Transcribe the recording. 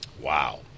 Wow